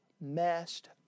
messed